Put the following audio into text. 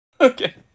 Okay